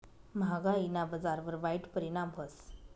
म्हागायीना बजारवर वाईट परिणाम व्हस